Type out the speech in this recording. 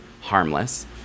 harmless